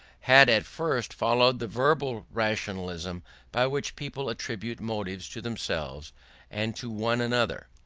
had at first followed the verbal rationalism by which people attribute motives to themselves and to one another.